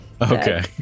Okay